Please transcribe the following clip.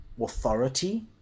authority